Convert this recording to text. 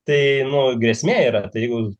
tai nu grėsmė yra tai jeigu